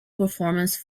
performance